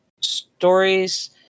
stories